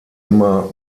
immer